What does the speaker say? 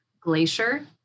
Glacier